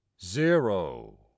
Zero